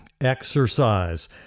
exercise